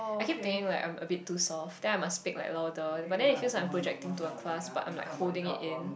I keep thinking like I'm a bit too soft then I must speak like louder but then it feels like I'm projecting to a class but I'm like holding it in